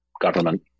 government